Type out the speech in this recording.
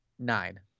Nine